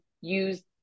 use